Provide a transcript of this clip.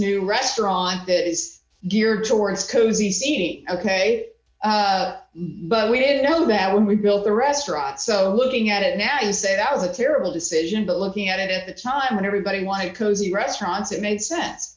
new restaurant that is geared towards cozy seating ok but we didn't know that when we built the restaurant so looking at it now you say that was a terrible decision but looking at it at the time when everybody wanted cozy restaurants it made sense